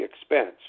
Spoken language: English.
expense